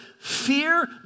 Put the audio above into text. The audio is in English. fear